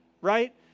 right